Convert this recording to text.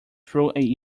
through